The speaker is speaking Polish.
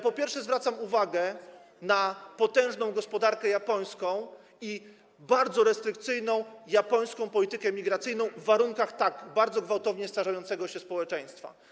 Po pierwsze, zwracam uwagę na potężną gospodarkę japońską i bardzo restrykcyjną japońską politykę migracyjną w sytuacji tak bardzo gwałtownie starzejącego się społeczeństwa.